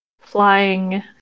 Flying